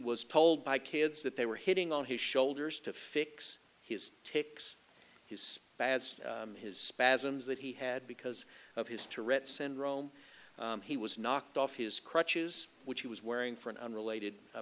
was told by kids that they were hitting on his shoulders to fix his takes his bad his spasms that he had because of his to read syndrome he was knocked off his crutches which he was wearing for an unrelated a